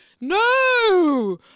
No